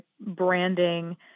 branding